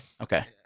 Okay